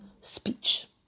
speech